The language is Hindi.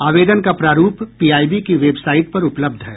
आवेदन का प्रारूप पीआईबी की वेबसाइट पर उपलब्ध है